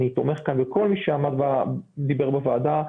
אני תומך כאן בכל מי שדיבר בוועדה.